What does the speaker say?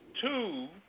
two